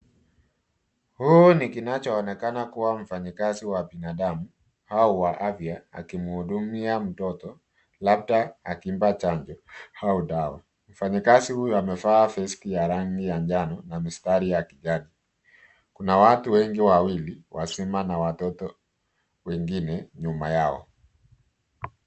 Huu ni kinachoonekana kuwa mfanyakazi wa binadamu au wa afya akimhudumia mtoto labda akimpa chanjo au dawa. Mfanyikazi huyu amevaa vest ya rangi ya njano na mistari ya kijani. Kuna watu wengi wawili wazima na watoto wengine nyuma yao.